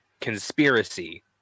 conspiracy